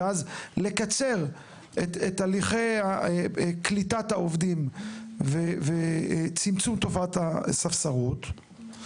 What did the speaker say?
ולקצר את הליכי קליטת העובדים וצמצום הספסרות,